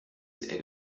sehr